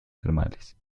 termales